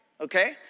okay